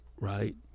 right